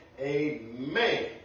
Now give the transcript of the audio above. Amen